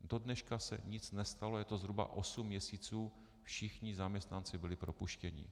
Do dneška se nic nestalo, je to zhruba osm měsíců, všichni zaměstnanci byli propuštěni.